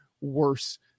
worse